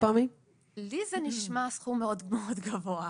לי זה נשמע סכום מאוד-מאוד גבוה.